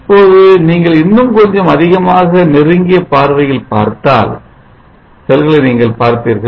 இப்பொழுது நீங்கள் இன்னும் கொஞ்சம் அதிகமாக நெருங்கிய பார்வையில் பார்த்தால் செல்களை நீங்கள் பார்ப்பீர்கள்